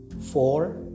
Four